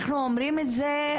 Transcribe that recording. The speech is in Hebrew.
אנחנו אומרים את זה,